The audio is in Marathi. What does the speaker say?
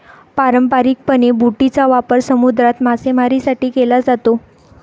पारंपारिकपणे, बोटींचा वापर समुद्रात मासेमारीसाठी केला जातो